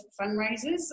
fundraisers